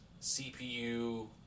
CPU